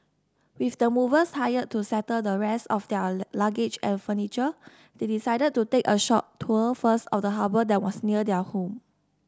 with the movers hired to settle the rest of their luggage and furniture they decided to take a short tour first of the harbour that was near their new home